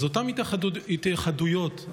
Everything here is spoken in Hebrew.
אותן התייחדויות,